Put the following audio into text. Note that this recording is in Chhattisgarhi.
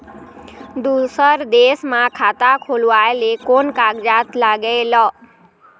दूसर देश मा खाता खोलवाए ले कोन कागजात लागेल?